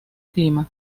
clima